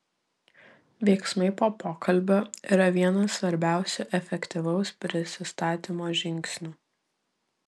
veiksmai po pokalbio yra vienas svarbiausių efektyvaus prisistatymo žingsnių